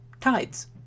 tides